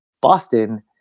Boston